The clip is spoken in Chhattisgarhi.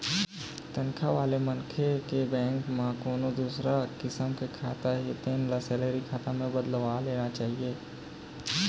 तनखा वाले मनखे के बेंक म कोनो दूसर किसम के खाता हे तेन ल सेलरी खाता म बदलवा लेना चाही